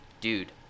dude